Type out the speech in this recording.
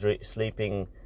sleeping